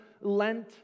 Lent